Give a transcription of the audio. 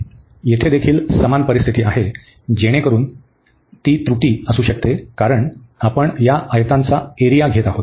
येथे देखील समान परिस्थिती आहे जेणेकरून ती त्रुटी असू शकते कारण आपण या आयतांचा एरिया घेत आहोत